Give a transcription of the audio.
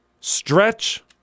stretch